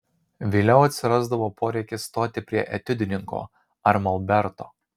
vėliau atsirasdavo poreikis stoti prie etiudininko ar molberto